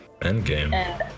Endgame